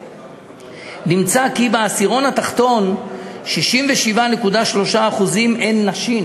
נמצא כי בעשירון התחתון 67.3% הן נשים